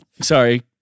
Sorry